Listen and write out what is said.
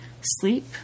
sleep